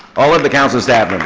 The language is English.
all of the council staff